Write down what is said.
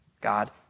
God